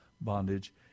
bondage